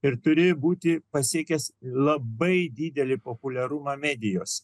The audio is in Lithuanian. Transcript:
ir turi būti pasiekęs labai didelį populiarumą medijose